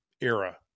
era